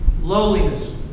lowliness